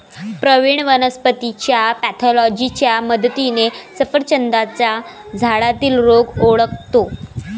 प्रवीण वनस्पतीच्या पॅथॉलॉजीच्या मदतीने सफरचंदाच्या झाडातील रोग ओळखतो